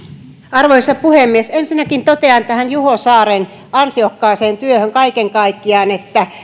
arvoisa puhemies ensinnäkin totean tästä juho saaren ansiokkaasta työstä kaiken kaikkiaan että